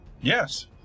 Yes